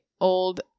old